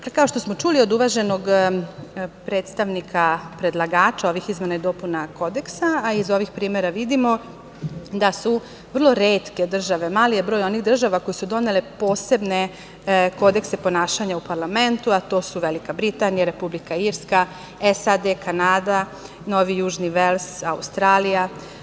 Kao što smo čuli od uvaženog predstavnika predlagača ovih izmena i dopuna Kodeksa, a iz ovih primera vidimo da su vrlo retke države, mali je broj država koje su donele posebne kodekse ponašanja u parlamentu, a to su Velika Britanija, Republika Irska, SAD, Kanada, Novi Južni Vels, Australija.